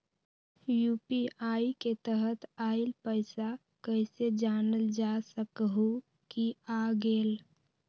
UPI के तहत आइल पैसा कईसे जानल जा सकहु की आ गेल?